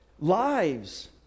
lives